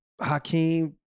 Hakeem